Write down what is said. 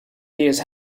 hears